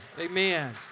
Amen